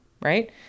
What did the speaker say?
Right